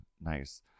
Nice